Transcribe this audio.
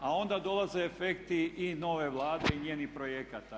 A onda dolaze efekti i nove Vlade i njenih projekata.